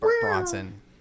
bronson